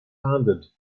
handed